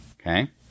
Okay